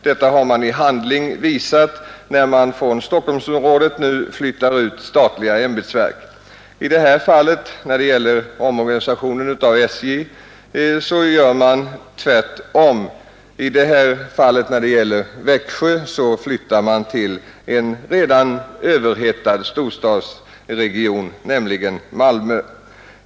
Detta har man visat i handling när man från Stockholmsområdet nu flyttar ut statliga ämbetsverk. När det gäller omorganisationen av SJ gör man tvärtom, i varje fall beträffande distriktskontoret i Växjö, som man nu ämnar flytta till en redan överhettad storstadsregion, nämligen Malmö.